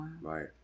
Right